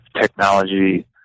technology